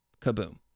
Kaboom